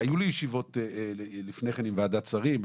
היו לי ישיבות לפני כן עם ועדת שרים,